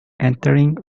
entering